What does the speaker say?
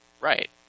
Right